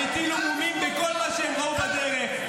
הם הטילו מומים בכל מה שהם ראו בדרך,